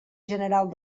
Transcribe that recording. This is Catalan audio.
general